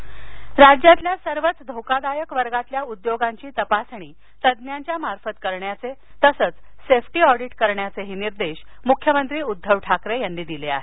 धोकादायक राज्यातल्या सर्वच धोकादायक वर्गातल्या उद्योगांची तपासणी तज्ञांच्या मार्फत करण्याचे तसेच सेफ्टी ऑडिट करण्याचेही निर्देश मुख्यमंत्री उद्दव ठाकरे यांनी दिले आहेत